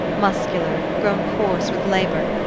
muscular, grown coarse with labor,